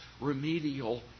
remedial